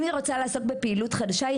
אם היא רוצה לעסוק בפעילות חדשה,